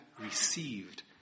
received